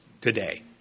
today